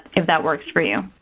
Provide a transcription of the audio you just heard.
if that works for you.